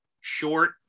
short